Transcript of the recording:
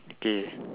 okay